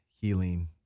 healing